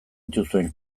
dituzuen